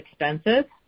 expensive